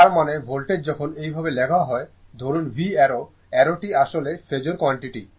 তার মানে ভোল্টেজ যখন এই ভাবে লেখা হয় ধরুন V অ্যারো অ্যারোটি আসলে ফেজোর কোয়ান্টিটি